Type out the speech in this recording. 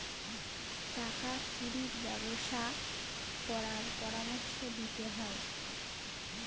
টাকা কুড়ির ব্যবসা করার পরামর্শ নিতে হয়